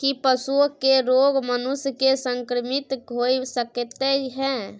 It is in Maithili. की पशुओं के रोग मनुष्य के संक्रमित होय सकते है?